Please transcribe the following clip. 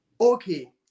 okay